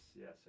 yes